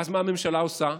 ואז מה הממשלה עושה?